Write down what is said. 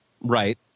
Right